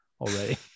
already